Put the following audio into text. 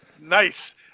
Nice